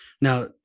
Now